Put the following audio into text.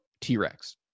T-Rex